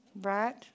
Right